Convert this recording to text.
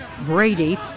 Brady